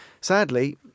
sadly